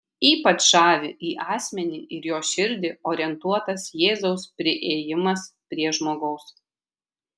ypač žavi į asmenį ir jo širdį orientuotas jėzaus priėjimas prie žmogaus